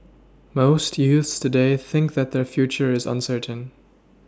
most youths today thinks that their future is uncertain